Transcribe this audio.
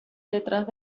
detrás